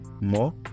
more